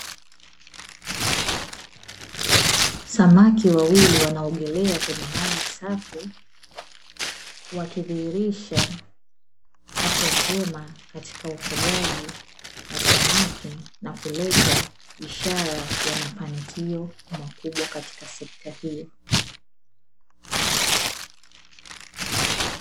Samaki wawili wanaogelea kwenye maji safi wakidhihirisha afya njema katika ufugaji wa samaki, nakuleta ishara ya mafanikio makubwa katika sekta hiyo.